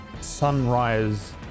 sunrise